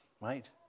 Right